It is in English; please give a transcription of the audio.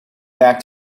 back